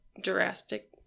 drastic